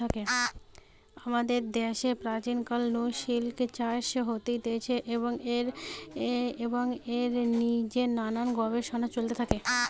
আমাদের দ্যাশে প্রাচীন কাল নু সিল্ক চাষ হতিছে এবং এর জিনে নানান গবেষণা চলতে থাকি